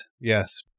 Yes